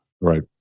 Right